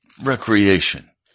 recreation